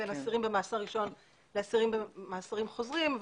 בין אסירים במאסר ראשון לאסירים במאסרים חוזרים.